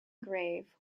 grave